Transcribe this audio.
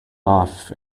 off